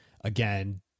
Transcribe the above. again